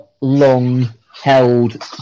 long-held